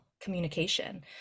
communication